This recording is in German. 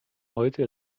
heute